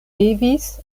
devis